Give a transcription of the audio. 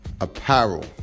apparel